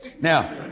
Now